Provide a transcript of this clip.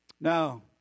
Now